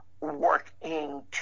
working